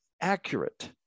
accurate